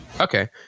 Okay